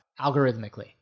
algorithmically